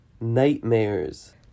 Nightmares